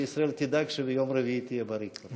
בישראל תדאג שביום רביעי תהיה בריא כבר.